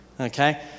Okay